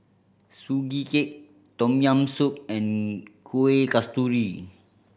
Sugee Cake Tom Yam Soup and Kuih Kasturi